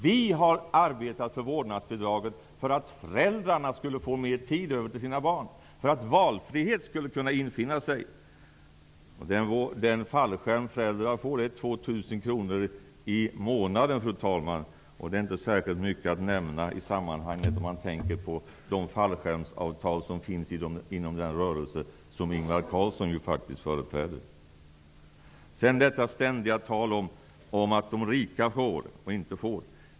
Vi har arbetat för vårdnadsbidraget för att föräldrarna skulle kunna få mer tid över för sina barn och för att det skulle kunna bli valfrihet. Fru talman! Den fallskärm föräldrar får är 2 000 kr i månaden. Det är inte särskilt mycket att nämna i sammanhanget om man tänker på de fallskärmsavtal som finns inom den rörelse som Ingvar Carlsson faktiskt företräder. Det är ett ständigt tal om att de rika får eller inte får.